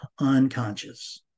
unconscious